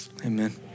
Amen